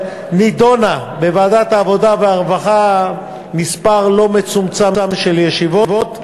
שנדונה בוועדת העבודה והרווחה במספר לא מצומצם של ישיבות,